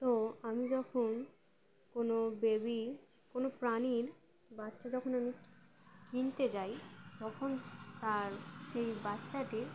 তো আমি যখন কোনো বেবি কোনো প্রাণীর বাচ্চা যখন আমি কিনতে যাই তখন তার সেই বাচ্চাটির